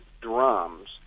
drums